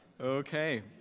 Okay